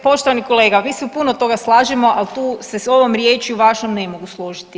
E poštovani kolega, mi se u puno toga slažemo, ali tu se s ovom riječju vašom ne mogu složiti.